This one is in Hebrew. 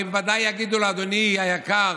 הרי בוודאי יגידו לאדוני היקר: